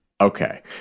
Okay